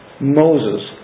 Moses